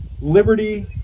liberty